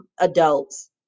adults